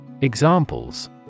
Examples